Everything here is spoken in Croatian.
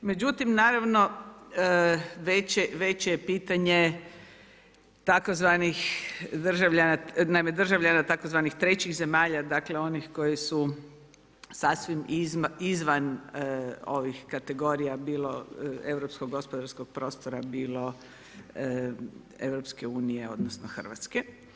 Međutim, naravno veće je pitanje tzv. državljana, naime državljana tzv. trećih zemalja, dakle, onih koji su sasvim izvan ovih kategorija, bilo europskog gospodarskog prostora bilo EU, odnosno RH.